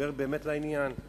דיבר באמת לעניין.